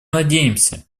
надеемся